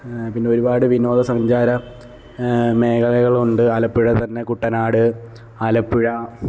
പിന്നെ ഒരുപാട് വിനോദസഞ്ചാര മേഖലകളുണ്ട് ആലപ്പുഴ തന്നെ കുട്ടനാട് ആലപ്പുഴ